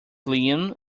liam